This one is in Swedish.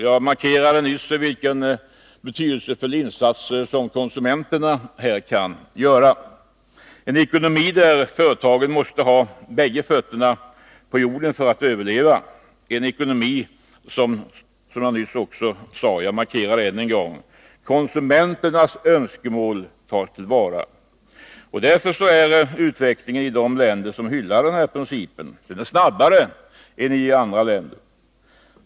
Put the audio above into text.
Jag markerade nyss vilken betydelse för insatser som konsumenternas önskemål har. Det gäller en ekonomi där företagen måste stå med bägge fötterna på jorden för att överleva. I en sådan ekonomi måste — det vill jag upprepa — konsumenternas önskemål tas till vara. Därför är utvecklingen i de länder som hyllar denna princip snabbare än i andra länder.